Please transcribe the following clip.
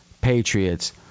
Patriots –